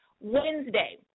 Wednesday